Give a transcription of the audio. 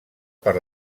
per